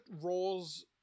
roles